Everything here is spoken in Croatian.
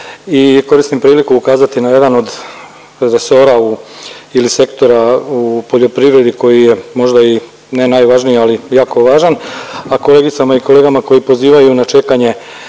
koristim priliku ukazati na jedan od resora u ili sektora u poljoprivredi koji je možda i ne najvažniji, ali jako važan, a kolegicama i kolegama koji pozivaju na čekanje